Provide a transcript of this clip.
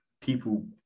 people